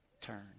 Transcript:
turn